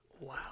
Wow